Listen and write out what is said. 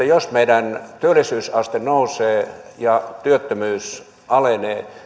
jos meidän työllisyysaste nousee ja työttömyys alenee niin